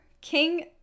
King